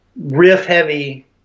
riff-heavy